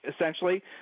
essentially